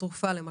תרופה למכה.